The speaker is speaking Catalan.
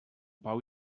pau